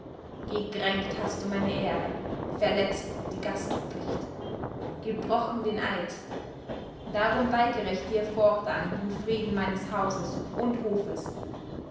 gekränkt hast du meine ehre verletzt die gastpflicht gebrochen den eid darum weigere ich dir fortan den frieden meines hauses und hofes